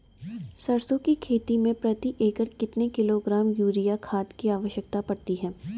सरसों की खेती में प्रति एकड़ कितने किलोग्राम यूरिया खाद की आवश्यकता पड़ती है?